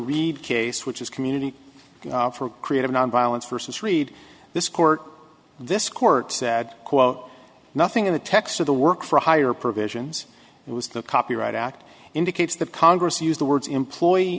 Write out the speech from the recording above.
reed case which is community for creative nonviolence versus read this court this court said quote nothing in the text of the work for hire provisions was the copyright act indicates that congress used the words employee